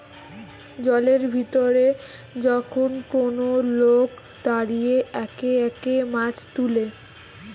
জলের ভিতরে যখন কোন লোক দাঁড়িয়ে একে একে মাছ তুলে